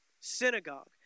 synagogue